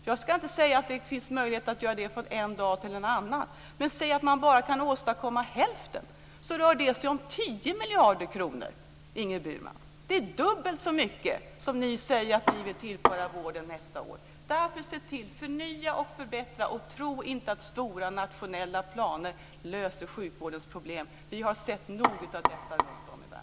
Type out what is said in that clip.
Jag ska inte säga att det finns möjlighet att göra det från en dag till en annan, men om man bara kan åstadkomma hälften rör det sig om 10 miljarder kronor. Det är dubbelt så mycket som ni säger att ni vill tillföra vården nästa år. Se därför till att förnya och förbättra! Tro inte att stora nationella planer löser sjukvårdens problem! Vi har sett nog av detta runtom i världen.